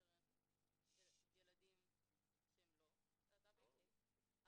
מאשר כלפי ילדים שהם לא להט"בים,